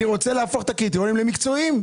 אני רוצה להפוך את הקריטריונים למקצועיים.